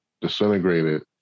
disintegrated